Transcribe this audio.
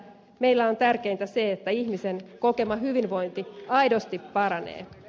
meille on tärkeintä se että ihmisten kokema hyvinvointi aidosti paranee